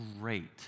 great